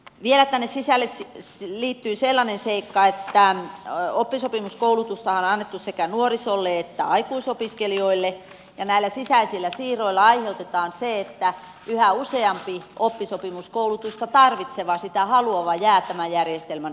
vielä tänne sisälle liittyy sellainen seikka että oppisopimuskoulutustahan on annettu sekä nuorisolle että aikuisopiskelijoille ja näillä sisäisillä siirroilla aiheutetaan se että yhä useampi oppisopimuskoulutusta tarvitseva sitä haluava jää tämän järjestelmän ulkopuolelle